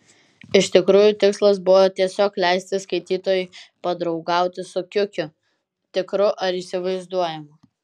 iš tikrųjų tikslas buvo tiesiog leisti skaitytojui padraugauti su kiukiu tikru ar įsivaizduojamu